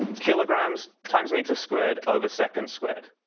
kilograms times meters squared over seconds squared,